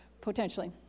potentially